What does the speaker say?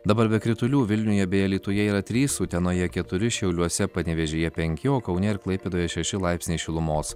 dabar be kritulių vilniuje bei alytuje yra trys utenoje keturi šiauliuose panevėžyje penki o kaune ir klaipėdoje šeši laipsniai šilumos